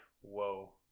whoa